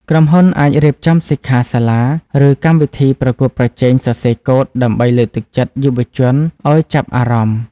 ក្រុមហ៊ុនអាចរៀបចំសិក្ខាសាលា ឬកម្មវិធីប្រកួតប្រជែងសរសេរកូដដើម្បីលើកទឹកចិត្តយុវជនឱ្យចាប់អារម្មណ៍។